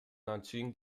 nanjing